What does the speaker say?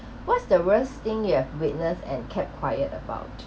what's the worst thing you have witness and kept quiet about